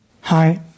Hi